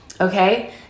Okay